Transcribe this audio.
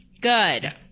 Good